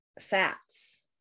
fats